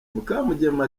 mukamugema